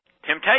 Temptation